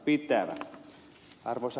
arvoisa puhemies